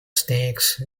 snakes